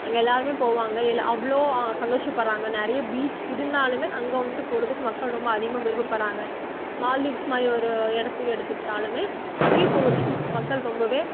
அங்கே எல்லோருமே போவாங்க எல்லாம் அவ்வளோ சந்தோஷப்படுறாங்க நிறைய பீச் இருந்தாலுமே அங்கே வந்துட்டு போறதுக்கு மக்கள் ரொம்ப அதிகமாக விருப்பப்படுறாங்க மால்தீவ்ஸ் மாதிரி ஒரு இடத்த எடுத்துக்கிட்டாலுமே அங்கேயும் போகிர்துக்கு மக்கள் ரொம்பவே